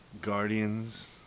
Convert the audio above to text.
Guardians